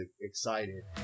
excited